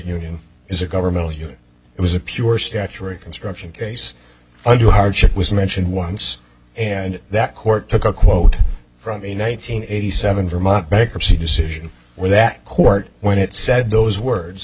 union is a governmental unit it was a pure statuary construction case i do hardship was mentioned once and that court took a quote from a nine hundred eighty seven vermont bankruptcy decision where that court when it said those words